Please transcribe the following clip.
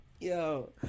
Yo